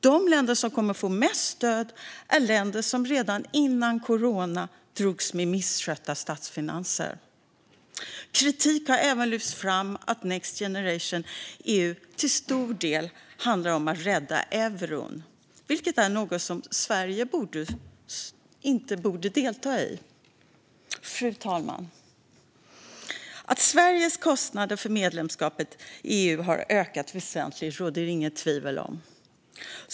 De länder som kommer att få mest stöd är länder som redan innan corona drogs med misskötta statsfinanser. Kritik har även lyfts fram att Next Generation EU till stor del handlar om att rädda euron, vilket är något som Sverige inte borde delta i. Fru talman! Att Sveriges kostnader för medlemskapet i EU har ökat väsentligt råder det inget tvivel om.